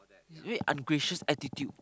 is very ungracious attitude